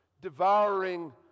devouring